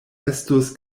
estus